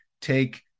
take